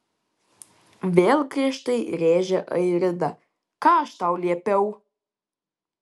vėl griežtai rėžė airida ką aš tau liepiau